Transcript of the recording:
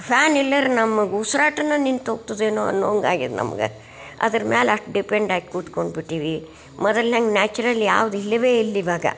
fan ಇಲ್ಲರ ನಮಗೆ ಉಸಿರಾಟನೂ ನಿಂತ್ಹೋಗ್ತದೇನೋ ಅನ್ನುವಂಗಾಗಿದೆ ನಮ್ಗೆ ಅದರ ಮೇಲೆ ಅಷ್ಟು ಡಿಪೆಂಡಾಗಿ ಕೂತ್ಕೊಂಡು ಬಿಟ್ಟೀವಿ ಮೊದಲಿನಾಂಗ್ ನ್ಯಾಚುರಲ್ ಯಾವ್ದು ಇಲ್ಲವೇ ಇಲ್ಲಿವಾಗ